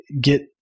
get